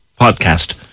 podcast